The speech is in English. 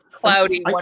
cloudy